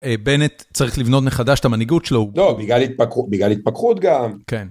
בנט צריך לבנות מחדש את המנהיגות שלו, לא, בגלל התפכחות גם, כן.